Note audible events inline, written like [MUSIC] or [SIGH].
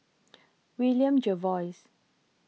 [NOISE] William Jervois